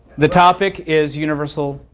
the topic is universal